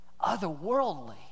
otherworldly